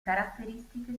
caratteristiche